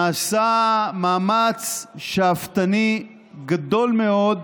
נעשה מאמץ שאפתני גדול מאוד